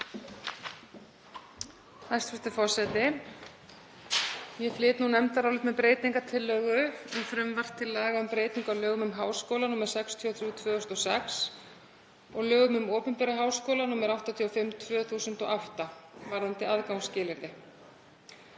Hæstv. forseti. Ég flyt nú nefndarálit með breytingartillögu um frumvarp til laga um breytingu á lögum um háskóla, nr. 63/2006, og lögum um opinbera háskóla, nr. 85/2008, varðandi aðgangsskilyrði.